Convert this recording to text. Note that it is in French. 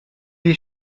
les